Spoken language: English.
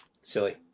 silly